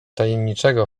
tajemniczego